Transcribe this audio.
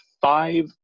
five